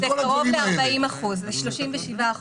זה 37%,